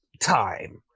time